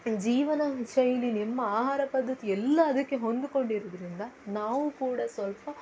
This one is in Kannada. ಜೀವನ ಶೈಲಿ ನಿಮ್ಮ ಆಹಾರ ಪದ್ಧತಿ ಎಲ್ಲ ಅದಕ್ಕೆ ಹೊಂದ್ಕೊಂಡು ಇರೋದ್ರಿಂದ ನಾವು ಕೂಡ ಸ್ವಲ್ಪ